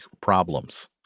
problems